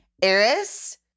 Eris